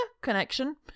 Connection